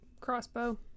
crossbow